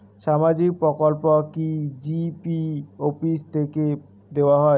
সামাজিক প্রকল্প কি জি.পি অফিস থেকে দেওয়া হয়?